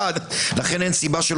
לסקי, ויכניסו בו